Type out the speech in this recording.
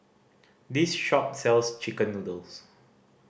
this shop sells chicken noodles